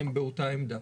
הם באותה עמדה.